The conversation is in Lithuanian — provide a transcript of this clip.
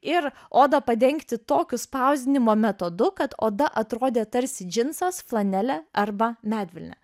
ir odą padengti tokiu spausdinimo metodu kad oda atrodė tarsi džinsas flanelė arba medvilnė